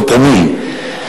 לא פרומיל,